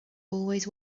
always